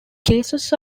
cases